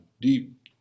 deep